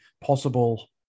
possible